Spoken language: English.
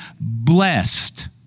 blessed